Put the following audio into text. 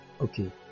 Okay